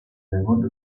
raimondo